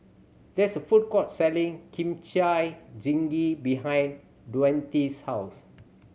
there is a food court selling Kimchi Jjigae behind Daunte's house